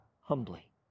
humbly